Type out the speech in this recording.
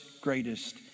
greatest